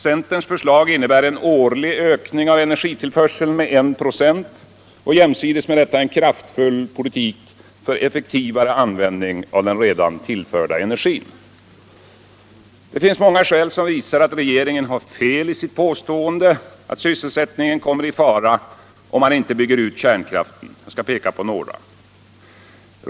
Centerns förslag innebär en årlig ökning av energitillförseln med 1 96 och jämsides med detta en kraftfull politik för effektivare användning av den redan tillförda energin. Det finns många fakta som visar att regeringen har fel i sitt påstående att sysselsättningen kommer i fara om man inte bygger ut kärnkraften. Jag skall peka på några.